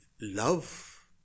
love